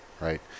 Right